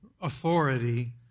authority